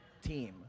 team